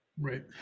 Right